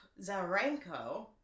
Zarenko